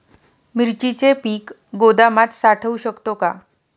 मिरचीचे पीक गोदामात साठवू शकतो का?